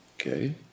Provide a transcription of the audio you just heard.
okay